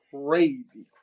crazy